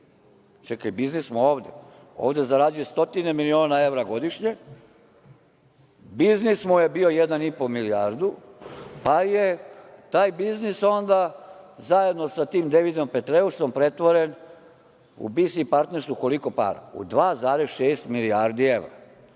Čekajte, biznis mu je ovde, ovde zarađuje stotine miliona evra godišnje, biznis mu je bio jedan i po milijarda, pa je taj biznis onda zajedno sa tim Dejvidom Petreusom, pretvoren u BS Partner. A u koliko para? U 2,6 milijardi evra.